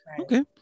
Okay